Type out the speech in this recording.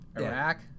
Iraq